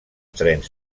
trens